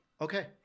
Okay